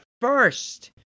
first